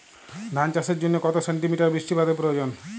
ধান চাষের জন্য কত সেন্টিমিটার বৃষ্টিপাতের প্রয়োজন?